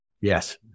Yes